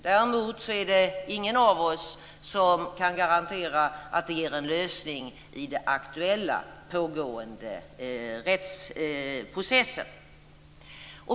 Däremot är det ingen av oss som kan garantera att det ger en lösning i den aktuella, pågående rättsprocessen.